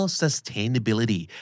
sustainability